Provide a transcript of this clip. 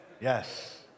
yes